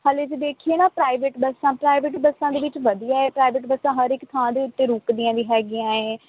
ਹਲੇ ਜੇ ਦੇਖੀਏ ਨਾ ਪ੍ਰਾਈਵੇਟ ਬੱਸਾਂ ਪ੍ਰਾਈਵੇਟ ਬੱਸਾਂ ਦੇ ਵਿੱਚ ਵਧੀਆ ਏ ਪ੍ਰਾਈਵੇਟ ਬੱਸਾਂ ਹਰ ਇੱਕ ਥਾਂ ਦੇ ਉੱਤੇ ਰੁਕਦੀਆਂ ਵੀ ਹੈਗੀਆਂ ਏ